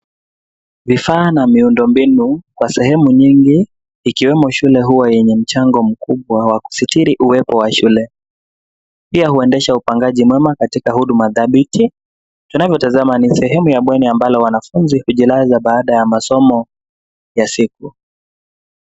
Vifaa na miundo mbinu kwa sehemu nyingi ikiwemo shule hua yenye mchango mkubwa wa kusitiri uwepo wa shule pia hupandisha upangaji mwema katika huduma dhabiti. Inavyotazama ni sehemu ya bweni ambalo wanafunzi hujilaza baada ya masomo ya siku.